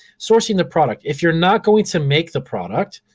sourcing the product, if you're not going to make the product,